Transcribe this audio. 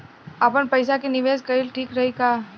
आपनपईसा के निवेस कईल ठीक रही का?